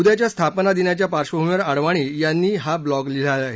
उद्याच्या स्थापना दिनाच्या पार्श्वभूमीवर आडवानी यांनी ब्लॉग लिहिला आहे